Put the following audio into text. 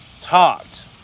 talked